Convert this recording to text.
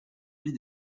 vis